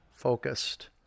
focused